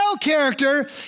character